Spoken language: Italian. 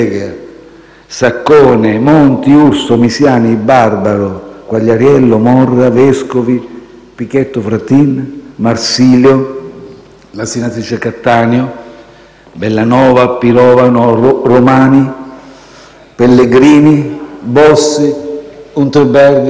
Saccone, Monti, Urso, Misiani, Barbaro, Quagliariello, Morra, Vescovi, Pichetto Fratin, Marsilio, Cattaneo, Bellanova, Pirovano, Romani, Pellegrini, Bossi, Unterberger,